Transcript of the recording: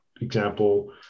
example